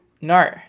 No